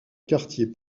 quartier